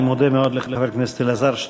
אני מודה מאוד לחבר הכנסת אלעזר שטרן.